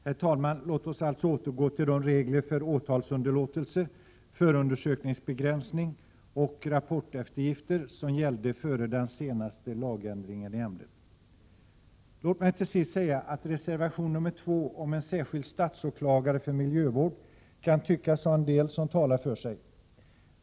Herr talman! Låt oss återgå till de regler för åtalsunderlåtelse, förundersökningsbegränsning och rapporteftergift som gällde före den senaste lagändringen i ämnet! Får jag till sist säga att reservation nr 2 om ”En särskild sta:. åklagare för miljömål” kan tyckas ha en del som talar för sig.